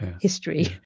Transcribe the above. history